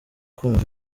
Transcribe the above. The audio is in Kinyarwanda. kumva